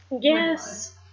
Yes